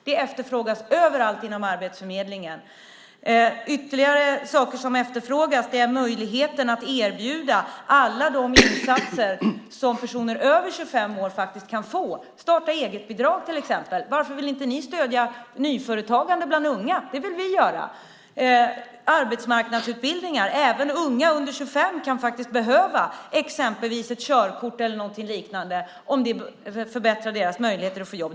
Det efterfrågas överallt inom Arbetsförmedlingen. Ytterligare saker som efterfrågas är möjligheten att erbjuda alla de insatser som personer över 25 år kan få, starta-eget-bidrag till exempel. Varför vill inte ni stödja nyföretagande bland unga? Det vill vi göra. När det gäller arbetsmarknadsutbildningar kan även unga under 25 behöva ett körkort eller något liknande om det förbättrar deras möjligheter att få jobb.